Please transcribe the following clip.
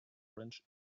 orange